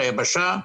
בים וביבשה.